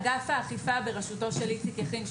אגף האכיפה בראשותו של איציק יכין,